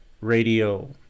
radio